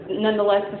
nonetheless